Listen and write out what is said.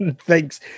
Thanks